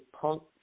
punk